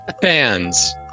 Fans